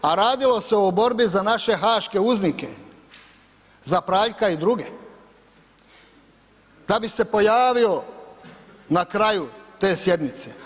A radilo se o borbi za naše haške uznike za Praljka i druge, da bi se pojavio na kraju te sjednice.